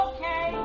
Okay